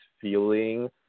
feeling